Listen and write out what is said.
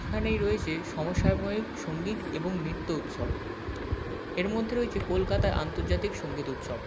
এখানেই রয়েছে সমসাময়িক সঙ্গীত এবং নৃত্য উৎসব এর মধ্যে রয়েছে কলকাতায় আন্তর্জাতিক সংগীত উৎসব